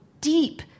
deep